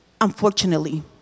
Unfortunately